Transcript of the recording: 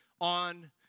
on